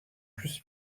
plus